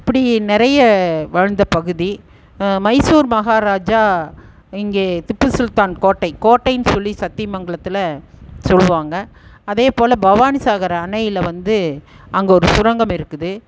இப்படி நிறைய வாழ்ந்த பகுதி மைசூர் மகாராஜா இங்கே திப்பு சுல்தான் கோட்டை கோட்டைனு சொல்லி சத்தியமங்கலத்தில் சொல்லுவாங்க அதேபோல பவானி சாகர் அணையில் வந்து அங்கே ஒரு சுரங்கம் இருக்குது